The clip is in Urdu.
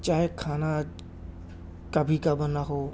چاہے کھانا کبھی کا بنا ہو